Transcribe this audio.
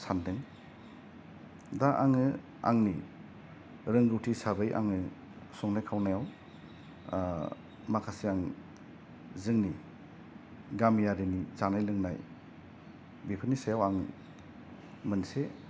सानदों दा आङो आंनि रोंगौथि हिसाबै आङो संनाय खावनाय आव माखासे आं जोंनि गामियारि नि जानाय लोंनाय बेफोरनि सायाव आं मोनसे